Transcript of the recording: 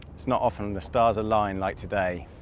it's not often the stars aligned like today,